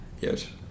Yes